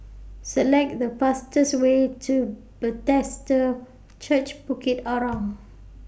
Select The fastest Way to Bethesda Church Bukit Arang